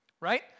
right